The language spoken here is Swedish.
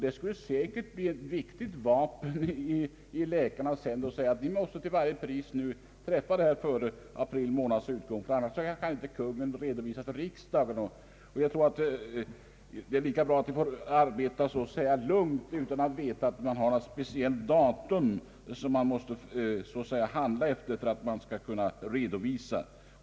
Det skulle säkert bli ett viktigt vapen i läkarnas händer, eftersom avtalet till varje pris måste träffas före april månads utgång, ty annars kan Kungl. Maj:t inte redovisa för riksdagen. Det är lika bra att vi får arbeta lugnt utan att veta att det finns ett speciellt datum, före vilket redovisning skall ske.